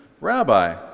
Rabbi